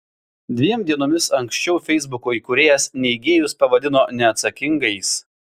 dviem dienomis anksčiau feisbuko įkūrėjas neigėjus pavadino neatsakingais